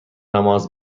نماز